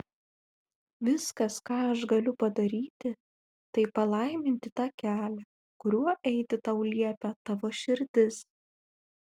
viskas ką aš galiu padaryti tai palaiminti tą kelią kuriuo eiti tau liepia tavo širdis